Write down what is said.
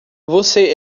você